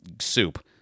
soup